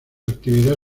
actividad